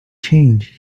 change